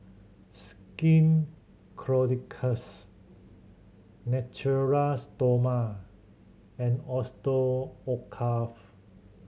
Skin Ceuticals Natura Stoma and Osteocareth